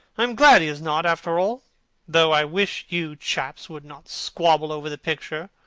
i am glad he is not, after all though i wish you chaps would not squabble over the picture.